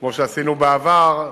כמו שעשינו בעבר,